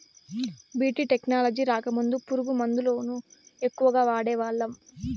BT technology రాకముందు పురుగు మందుల ఎక్కువగా వాడేవాళ్ళం